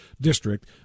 district